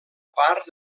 part